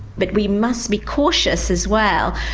but we must be cautious as well,